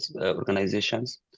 organizations